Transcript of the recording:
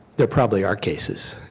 there probably are cases.